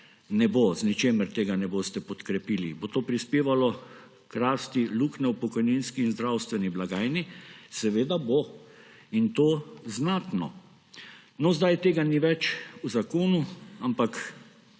z ničemer tega ne boste podkrepili. Bo to prispevalo k rasti luknje v pokojninski in zdravstveni blagajni? Seveda bo in to znatno. No, zdaj tega ni več v zakonu, ampak